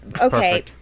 Okay